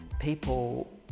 people